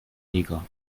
niger